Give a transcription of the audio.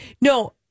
No